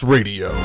Radio